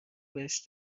بهش